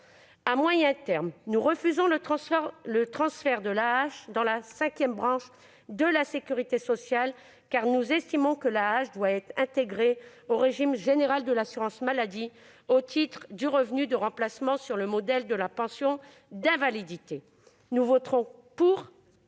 À moyen terme, nous refusons le transfert de l'AAH vers la cinquième branche de la Sécurité sociale, car nous estimons qu'elle doit être intégrée au régime général de l'assurance maladie au titre de revenu de remplacement, à l'instar de la pension d'invalidité. En attendant,